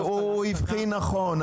הוא הבחין נכון,